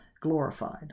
glorified